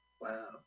Wow